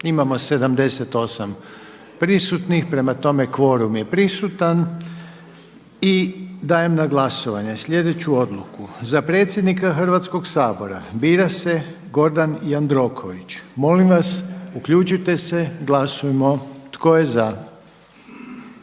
Imamo 78 prisutnih, prema tome kvorum je prisutan. I dajem na glasovanje sljedeću odluku. Za predsjednika Hrvatskog sabora bira se Gordan Jandroković. Molim vas uključite se. Glasujmo. Tko je za?